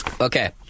Okay